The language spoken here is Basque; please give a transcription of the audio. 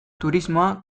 turismoa